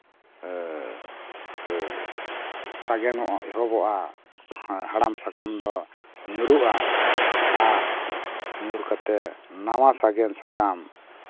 ᱥᱟᱜᱮᱱ ᱮᱦᱚᱵᱚᱜᱼᱟ ᱦᱟᱲᱟᱢ ᱥᱟᱠᱟᱢ ᱫᱚ ᱧᱩᱨᱩᱜᱼᱟ ᱟᱨ ᱧᱩᱨ ᱠᱟᱛᱮᱫ ᱱᱟᱣᱟ ᱥᱟᱜᱮᱱ ᱥᱟᱠᱟᱢ